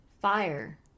Fire